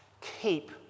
keep